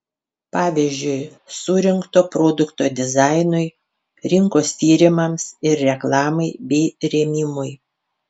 pavyzdžiui surinkto produkto dizainui rinkos tyrimams ir reklamai bei rėmimui